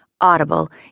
audible